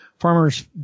farmers